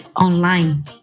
online